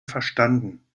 verstanden